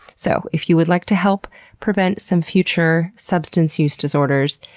so, if you would like to help prevent some future substance-use disorders,